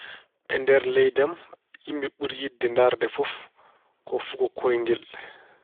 E nder leydi am, yimɓe ɓuri yiɗde ndaarde ko fof ko fugo kooyngel.